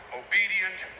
obedient